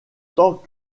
tant